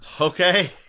okay